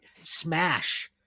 Smash